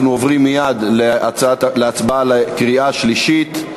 אנחנו עוברים מייד להצבעה בקריאה שלישית.